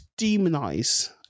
demonize